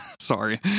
Sorry